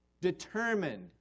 determined